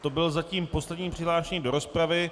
To byl zatím poslední přihlášený do rozpravy.